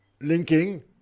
linking